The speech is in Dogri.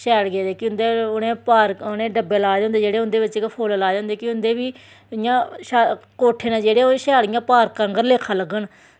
शैल गेदे कि उनैं डब्बे लाए दे होंदे जेह्ड़े उंदे बिच्च गै फुल लाए दे होंदे कि उंदे बी इ'यां कोट्ठे न जेह्ड़े ओह् शैल इ'यां पार्क आह्ंगर लेक्खा लग्गन